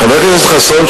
חבר הכנסת חסון,